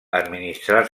administrar